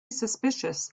suspicious